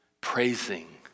praising